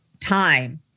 time